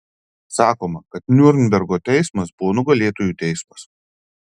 sakoma kad niurnbergo teismas buvo nugalėtojų teismas